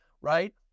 right